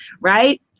right